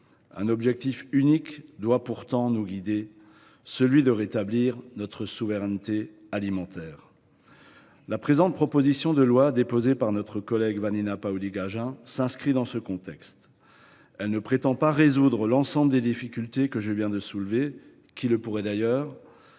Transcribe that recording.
Un objectif unique doit pourtant nous guider, celui de rétablir notre souveraineté alimentaire. La présente proposition de loi, déposée par notre collègue Vanina Paoli Gagin, s’inscrit dans ce contexte. Son ambition n’est pas de résoudre l’ensemble des difficultés que je viens de soulever – qui le pourrait d’ailleurs ?